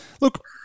look